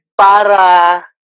para